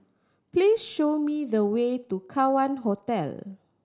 please show me the way to Kawan Hostel